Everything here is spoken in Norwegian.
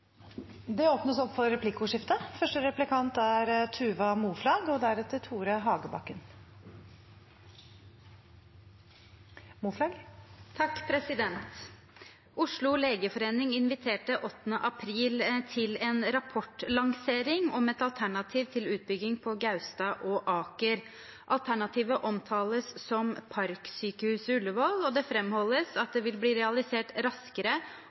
Det blir replikkordskifte. Oslo legeforening inviterte 8. april til en rapportlansering om et alternativ til utbygging på Gaustad og Aker. Alternativet omtales som «Parksykehuset Ullevål», og det framholdes at det vil bli realisert raskere